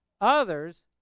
others